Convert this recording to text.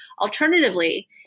alternatively